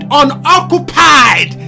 unoccupied